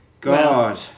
God